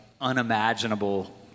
unimaginable